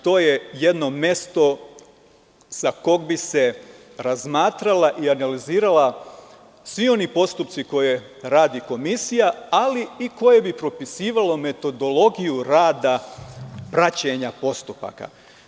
To je jedno mesto sa kog bi se razmatrali i analizirali svi oni postupci koje radi komisija, ali koje bi propisivalo metodologiju rada praćenja postupaka.